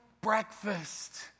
breakfast